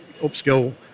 upskill